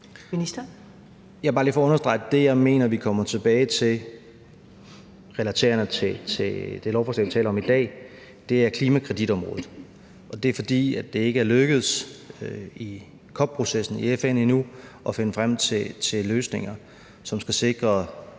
det, jeg mener vi kommer tilbage til relaterende til det lovforslag, vi taler om i dag, er klimakreditområdet. Det er, fordi det endnu ikke er lykkedes i COP-processen i FN at finde frem til løsninger, som skal sikre